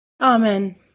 Amen